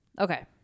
okay